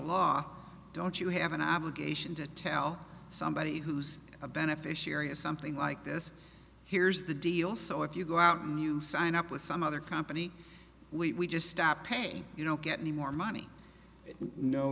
law don't you have an obligation to tell somebody who's a beneficiary of something like this here's the deal so if you go out and you sign up with some other company we just stop paying you don't get any more money no